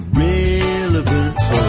relevant